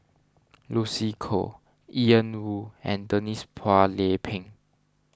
Lucy Koh Ian Woo and Denise Phua Lay Peng